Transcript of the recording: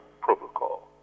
protocol